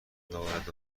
دارد